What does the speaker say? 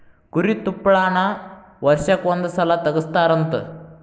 ಕುರಿ ತುಪ್ಪಳಾನ ವರ್ಷಕ್ಕ ಒಂದ ಸಲಾ ತಗಸತಾರಂತ